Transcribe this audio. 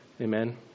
Amen